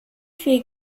viel